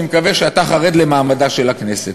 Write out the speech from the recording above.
אני מקווה שאתה חרד למעמדה של הכנסת.